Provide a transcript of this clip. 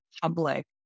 public